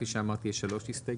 כפי שאמרתי, יש שלוש הסתייגויות.